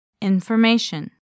Information